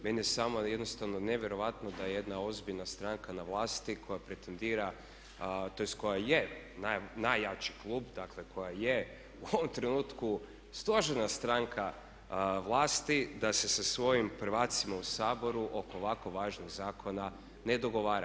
Meni je samo jednostavno nevjerojatno da jedna ozbiljna stranka na vlasti koja pretendira, tj. koja je najjači klub, dakle koja je u ovom trenutku stožerna stranka vlasti, da sa svojim prvacima u Saboru oko ovako važnog zakona ne dogovara.